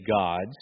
gods